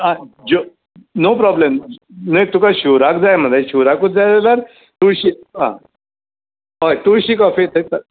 आ जो no problem मागी तुका शिवराक जाय मरे शिवराकूत जाय जाल्यार तुळशी आ हय तुळशी कॉफे थंय चल